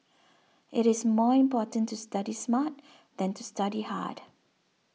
it is more important to study smart than to study hard